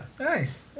Nice